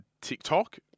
TikTok